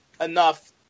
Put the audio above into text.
enough